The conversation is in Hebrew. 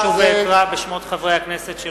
(קורא בשמות חברי הכנסת) אשוב ואקרא